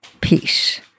peace